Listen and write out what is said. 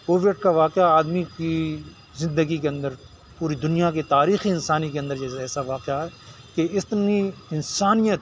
Covid کا واقعہ آدمی کی زندگی کے اندر پوری دنیا کی تاریخ انسانی کے اندر یہ ایسا واقعہ ہے کہ اس نے انسانیت